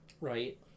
Right